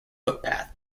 footpath